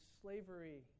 slavery